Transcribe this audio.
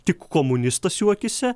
tik komunistas jų akyse